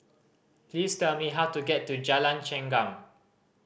please tell me how to get to Jalan Chengam